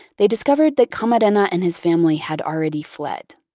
they discovered that camarena and his family had already fled.